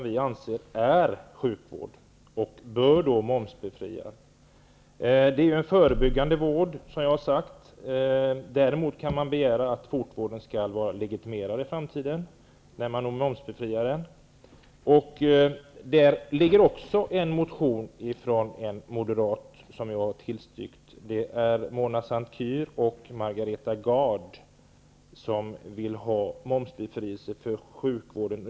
Vi anser att det är sjukvård och bör momsbefrias. Det är en förebyggande vård. Man kan däremot begära att fotvårdarna skall vara legitimerade i framtiden när man momsbefriar fotvården. Det finns en motion om detta som jag har tillstyrkt och som också är skriven av moderater, nämligen Mona Saint Cyr och Margareta Gard. De vill ha momsbefrielse för fotvården.